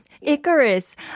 Icarus